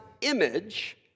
image